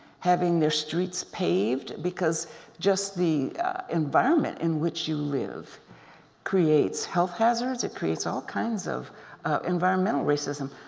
having their streets paved because just the environment in which you live creates health hazards. it creates all kinds of environmental racism.